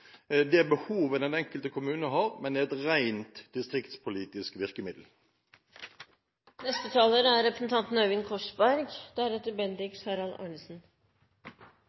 og det behovet den enkelte kommune har, men er et rent distriktspolitisk virkemiddel? Jeg er